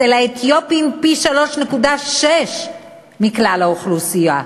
אצל האתיופים, פי-3.6 מכלל האוכלוסייה,